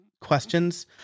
questions